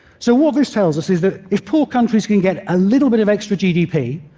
so what this tells us is that if poor countries can get a little bit of extra gdp,